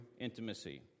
intimacy